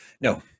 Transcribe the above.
No